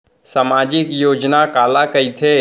सामाजिक योजना काला कहिथे?